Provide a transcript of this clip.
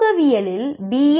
சமூகவியலில் B